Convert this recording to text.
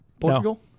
Portugal